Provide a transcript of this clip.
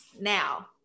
Now